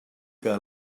que